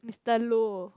Mister Low